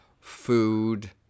food